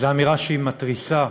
זה אמירה שהיא מתריסה,